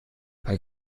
bei